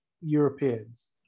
Europeans